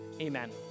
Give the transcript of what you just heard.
Amen